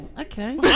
okay